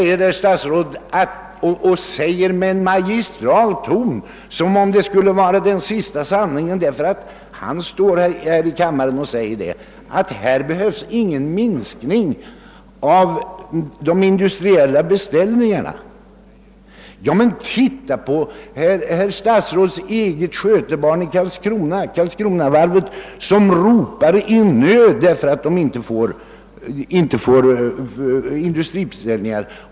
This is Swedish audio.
Herr statsrådet säger — med magistral ton som om det skulle vara den sista sanningen därför att han står här och säger det — att förslaget inte behöver medföra någon minskning av de industriella beställningarna. Ja, men titta på herr statsrådets eget skötebarn, Karlskronavarvet, som ropar i nöd därför att det inte får beställningar!